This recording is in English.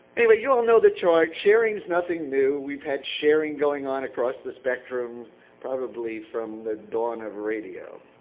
anyway, you all know the charge. sharing is nothing new. we've had sharing going on across the spectrum probably from the dawn of radio.